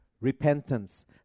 Repentance